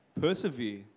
Persevere